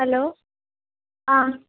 hello ആ